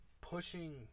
pushing